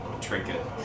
trinket